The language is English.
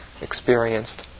experienced